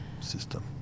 system